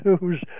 news